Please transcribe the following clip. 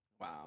Wow